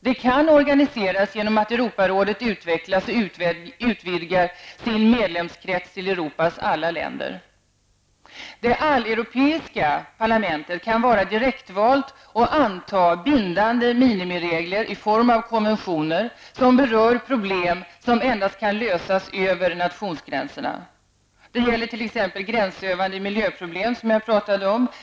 Det kan organiseras genom att Europarådet utvecklas och utvidgar sin medlemskrets till Europas alla länder. Det alleuropeiska parlamentet kan vara direktvalt och anta bindande minimiregler i form av konventioner som rör problem som endast kan lösas över nationsgränserna. Det gäller t.ex. gränsöverskridande miljöproblem, som jag talade om.